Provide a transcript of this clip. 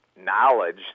knowledge